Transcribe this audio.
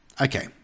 Okay